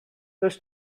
does